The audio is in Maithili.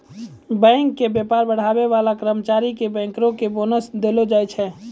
बैंको के व्यापार बढ़ाबै बाला कर्मचारी के बैंकरो के बोनस देलो जाय छै